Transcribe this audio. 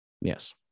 Yes